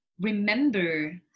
remember